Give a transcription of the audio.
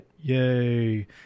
yay